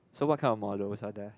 so what kind of models are there